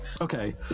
Okay